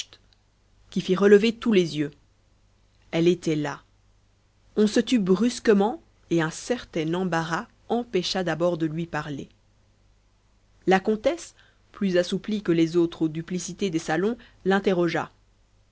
qui fit relever tous les yeux elle était là on se tut brusquement et un certain embarras empêcha d'abord de lui parler la comtesse plus assouplie que les autres aux duplicités des salons l'interrogea